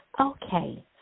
Okay